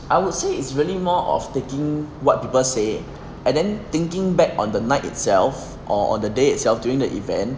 I would say is really more of taking what people say and then thinking back on the night itself or on the day itself during the event